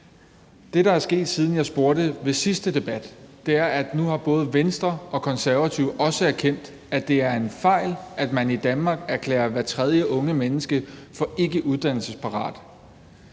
det, der er sket, siden jeg spurgte ved den sidste debat, er, at nu har både Venstre og Konservative også erkendt, at det er en fejl, at man i Danmark erklærer hvert tredje unge menneske for ikkeuddannelsesparat.